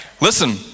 Listen